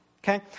Okay